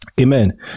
Amen